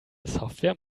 software